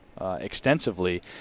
extensively